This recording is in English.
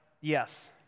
Yes